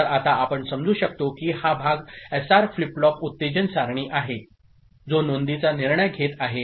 तर आता आपण समजू शकतो की हा भाग एसआर फ्लिप फ्लॉप उत्तेजन सारणी आहे जो नोंदींचा निर्णय घेत आहे